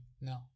No